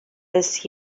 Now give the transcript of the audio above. this